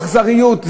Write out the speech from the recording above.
אכזריות,